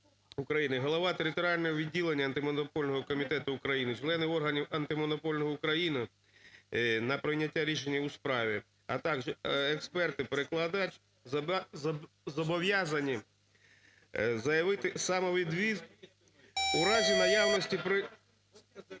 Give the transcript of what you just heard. голова територіального відділення Антимонопольного комітету України, члени органів Антимонопольного комітету України на прийняття рішення у справі, а також експерт і перекладач, зобов'язані заявити самовідвід у разі наявності або